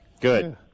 Good